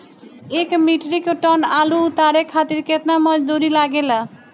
एक metric ton आलू उतारे खातिर केतना मजदूरी लागेला?